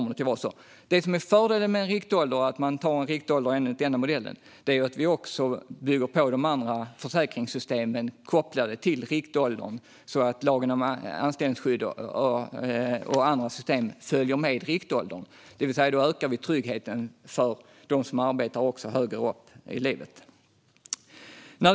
Det som är fördelen med en riktålder enligt denna modell är att vi också bygger på de andra försäkringssystemen kopplade till riktåldern så att lagen om anställningsskydd och andra system följer med riktåldern. Då ökar vi tryggheten för dem som arbetar högre upp i åldrarna.